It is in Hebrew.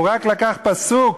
הוא רק לקח פסוק,